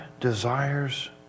desires